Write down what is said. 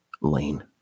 lane